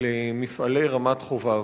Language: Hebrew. למפעלי רמת-חובב,